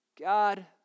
God